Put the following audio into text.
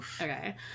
okay